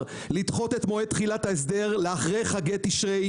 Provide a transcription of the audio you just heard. לדחות את מועד תחילת ההסדר לאחרי חגי תשרי,